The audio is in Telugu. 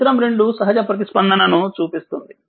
చిత్రం 2 సహజ ప్రతిస్పందనను చూపిస్తుంది